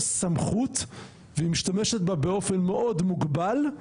סמכות והיא משתמשת בה באופן מאוד מוגבל,